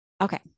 Okay